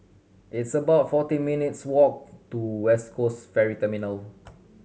it's about forty minutes' walk to West Coast Ferry